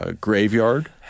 graveyard